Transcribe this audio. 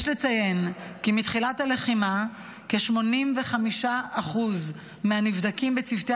יש לציין כי מתחילת הלחימה כ-85% מהנבדקים בצוותי